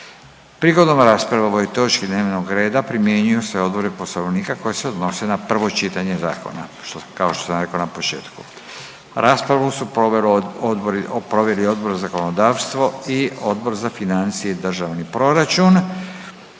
Prigodom rasprave o ovoj točki dnevnog reda primjenjuju se odredbe poslovnika koje se odnose na prvo čitanje zakona. Raspravu su proveli Odbor za zakonodavstvo i Odbor za financije i državni proračun.